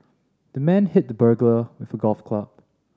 the man hit the burglar with a golf club